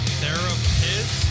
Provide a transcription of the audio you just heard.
therapist